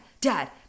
dad